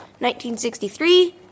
1963